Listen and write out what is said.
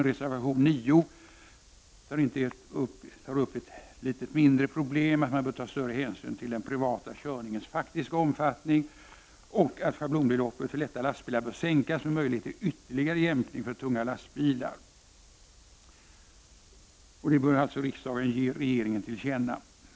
I reservation 9 tas det upp ett litet mindre problem, nämligen att det bör tas större hänsyn till den privata körningens faktiska omfattning och att schablonbeloppet för lätta lastbilar bör sänkas med möjlighet till ytterligare jämkning för tunga lastbilar. Det bör alltså riksdagen ge regeringen till känna.